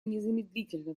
незамедлительно